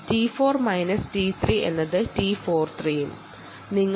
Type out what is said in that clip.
t4 minus t3 എന്നത് t 43 എന്നും വിളിക്കാം